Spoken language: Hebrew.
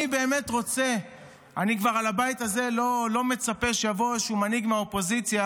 בבית הזה אני כבר לא מצפה שיבוא איזשהו מנהיג מהאופוזיציה